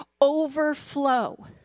overflow